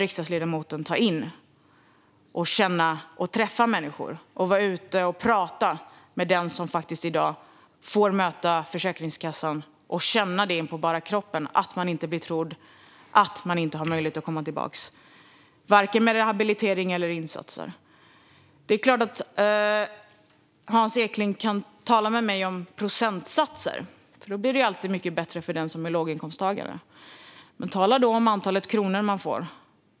Riksdagsledamoten bör ta in detta och gå ut och träffa människor och prata med dem som faktiskt får möta Försäkringskassan och känna inpå bara kroppen att de inte blir trodda och inte har möjlighet att komma tillbaka, vare sig med rehabilitering eller insatser. Hans Eklind kan såklart tala om procentsatser, för då ser det alltid mycket bättre ut för den som är låginkomsttagare. Men låt oss i stället tala om antalet kronor man får.